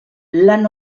lan